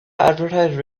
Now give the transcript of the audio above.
advertise